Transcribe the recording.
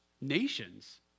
Nations